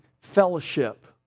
fellowship